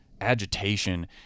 Agitation